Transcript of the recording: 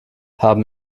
haben